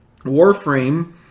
Warframe